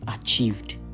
achieved